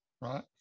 right